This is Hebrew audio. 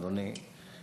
אדוני,